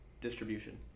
distribution